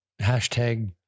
hashtag